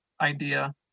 idea